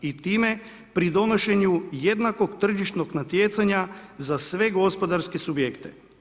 I time pri donošenju jednakog tržišnog natjecanja za sve gospodarske subjekte.